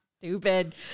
Stupid